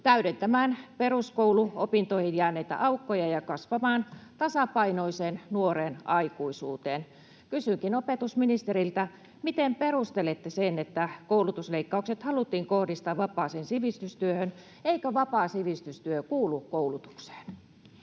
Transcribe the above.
täydentämään peruskouluopintoihin jääneitä aukkoja ja kasvamaan tasapainoiseen nuoreen aikuisuuteen. Kysynkin opetusministeriltä: Miten perustelette sen, että koulutusleikkaukset haluttiin kohdistaa vapaaseen sivistystyöhön? Eikö vapaa sivistystyö kuulu koulutukseen?